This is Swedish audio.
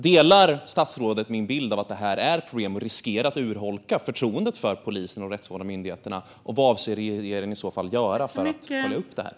Delar statsrådet min bild av att detta är ett problem och riskerar att urholka förtroendet för polisen och de rättsvårdande myndigheterna? Vad avser regeringen i så fall att göra för att följa upp detta?